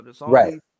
Right